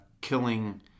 killing